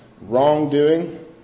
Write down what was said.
wrongdoing